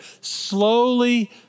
slowly